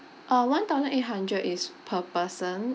oh one thousand eight hundred is per person